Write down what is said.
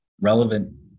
relevant